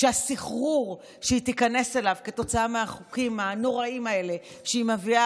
שהסחרור שהיא תיכנס אליו כתוצאה מהחוקים הנוראיים האלה שהיא מביאה,